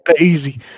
easy